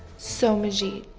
so manjeet,